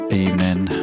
evening